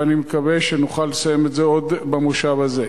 ואני מקווה שנוכל לסיים את זה עוד במושב הזה.